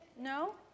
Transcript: No